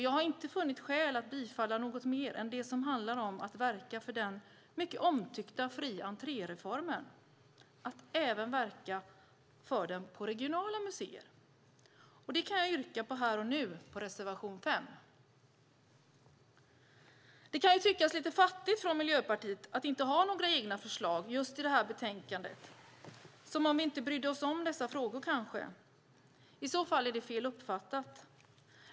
Jag har inte funnit skäl att bifalla något mer än det som handlar om att verka för den mycket omtyckta fri entré-reformen även på regionala museer. Jag kan här och nu yrka bifall till reservation 5. Det kan tyckas lite fattigt från Miljöpartiets sida att inte ha några egna förslag just i det här betänkandet, som om vi inte brydde oss om dessa frågor. I så fall är det fel uppfattat.